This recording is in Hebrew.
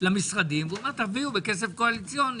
למשרדים ואומר: תביאו בכסף קואליציוני.